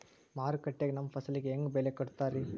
ಮಾರುಕಟ್ಟೆ ಗ ನಮ್ಮ ಫಸಲಿಗೆ ಹೆಂಗ್ ಬೆಲೆ ಕಟ್ಟುತ್ತಾರ ರಿ?